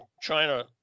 China